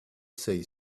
say